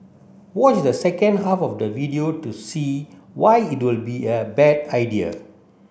watch the second half of the video to see why it will be a bad idea